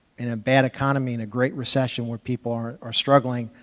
in a bad economy, in a great recession where people are are struggling,